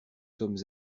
sommes